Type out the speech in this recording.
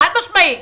חד משמעית.